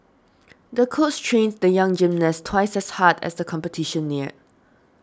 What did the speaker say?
the coach trained the young gymnast twice as hard as the competition neared